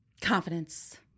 Confidence